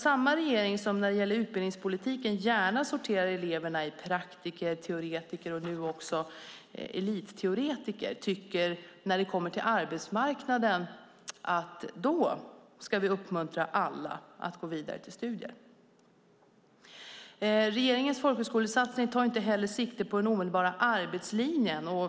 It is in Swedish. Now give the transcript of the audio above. Samma regering som inom utbildningspolitiken gärna sorterar eleverna i praktiker, teoretiker och numera också elitteoretiker tycker när det kommer till arbetsmarknaden att man ska uppmuntra alla att gå vidare till studier. Regeringens folkhögskolesatsning tar inte heller sikte på den omedelbara arbetslinjen.